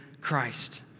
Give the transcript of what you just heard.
Christ